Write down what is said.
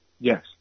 Yes